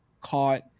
caught